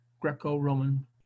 Greco-Roman